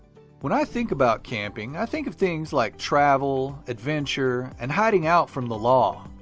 when i think about camping, i think of things like travel, adventure, and hiding out from the law,